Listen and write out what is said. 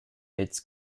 its